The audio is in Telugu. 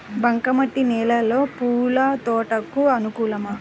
బంక మట్టి నేలలో పూల తోటలకు అనుకూలమా?